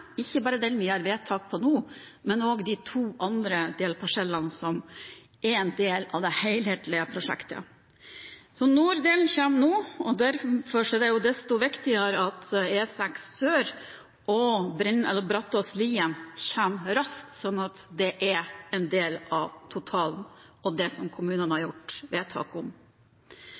ikke bare den strekningen vi gjør vedtak om nå, men også de to andre delparsellene, som er en del av det helhetlige prosjektet. Norddelen kommer nå, og derfor er det desto viktigere at E6 sør og Brattås–Lien kommer raskt, sånn at det er en del av det totale og det som kommunene har gjort vedtak om.